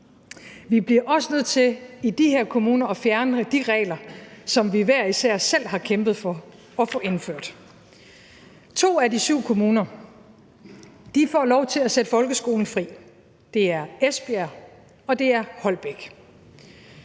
Vi bliver også nødt til i de her kommuner at fjerne de regler, som vi hver især selv har kæmpet for at få indført. To af de syv kommuner får lov til at sætte folkeskolen fri. Det er Esbjerg, og det